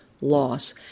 loss